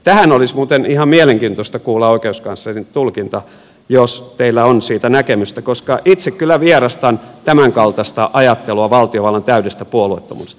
tähän olisi muuten ihan mielenkiintoista kuulla oikeuskanslerin tulkinta jos teillä on siitä näkemystä koska itse kyllä vierastan tämänkaltaista ajattelua valtiovallan täydestä puolueettomuudesta